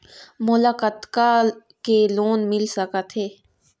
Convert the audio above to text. मोला कतका के लोन मिल सकत हे?